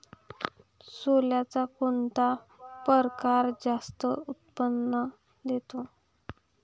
सोल्याचा कोनता परकार जास्त उत्पन्न देते?